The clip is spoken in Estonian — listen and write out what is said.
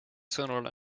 sõnul